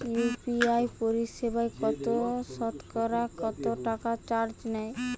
UPI পরিসেবায় সতকরা কতটাকা চার্জ নেয়?